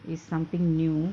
it's something new